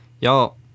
Y'all